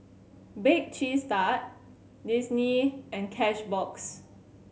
Bake Cheese Tart Disney and Cashbox